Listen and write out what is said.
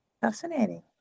fascinating